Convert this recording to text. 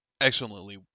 excellently